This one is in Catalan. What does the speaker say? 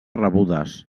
rebudes